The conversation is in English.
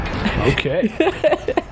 Okay